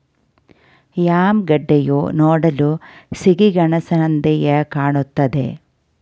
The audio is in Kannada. ಯಾಮ್ ಗೆಡ್ಡೆಯು ನೋಡಲು ಸಿಹಿಗೆಣಸಿನಂತೆಯೆ ಕಾಣುತ್ತದೆ